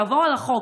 לעבור על החוק?